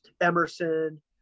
Emerson